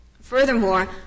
Furthermore